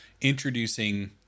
Introducing